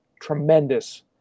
tremendous